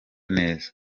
neza